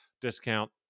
discount